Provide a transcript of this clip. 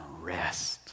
rest